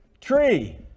tree